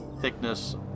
thickness